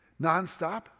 nonstop